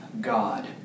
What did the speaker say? God